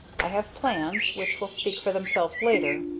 i have plans which will speak for themselves later.